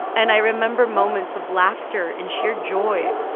and i remember moments of laughter and sheer joy.